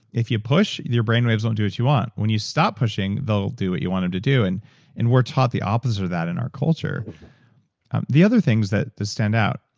if you push, your brainwaves don't do what you want. when you stop pushing, they'll they'll do what you want them to do. and and we're taught the opposite of that in our culture the other things that stand out,